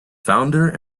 founder